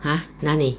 !huh! 哪里